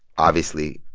obviously,